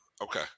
Okay